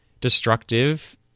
destructive